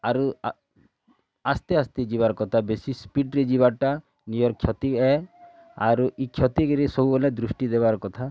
ଆରୁ ଆ ଆସ୍ତେ ଆସ୍ତେ ଯିବାର କଥା ବେଶୀ ସ୍ପିଡ଼୍ରେ ଯିବାର୍ଟା ନିଜର୍ କ୍ଷତି ହେ ଆାରୁ ଇ କ୍ଷତିକିରି ସବୁବେଲେ ଦୃଷ୍ଟି ଦେବାର୍ କଥା